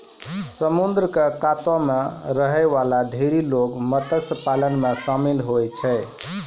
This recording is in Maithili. समुद्र क कातो म रहै वाला ढेरी लोग मत्स्य पालन म शामिल होय छै